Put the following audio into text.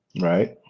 Right